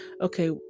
okay